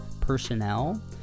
personnel